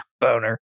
boner